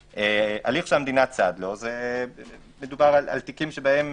הליך שהמדינה צד לו מדובר על תיקים שבהם